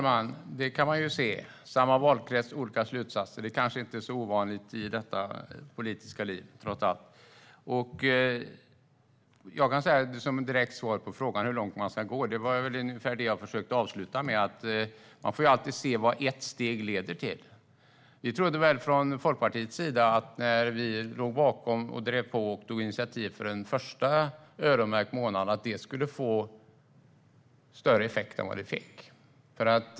Fru talman! Samma valkrets, men olika slutsatser - det är kanske inte så ovanligt i det politiska livet, trots allt. Ett direkt svar på frågan om hur långt man ska gå är ungefär det jag försökte avsluta med, nämligen att man alltid får se vad ett steg leder till. När Folkpartiet låg bakom och drev på och tog initiativ till en första öronmärkt månad trodde vi nog att det skulle få större effekt än vad det fick.